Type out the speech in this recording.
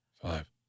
five